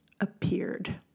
appeared